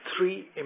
three